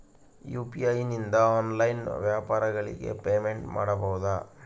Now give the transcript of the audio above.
UPI ನಿಂದ online ವ್ಯಾಪಾರಗಳಿಗೆ payment ಮಾಡಬಹುದಾ?